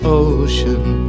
ocean